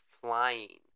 flying